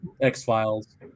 X-Files